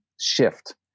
shift